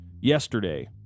yesterday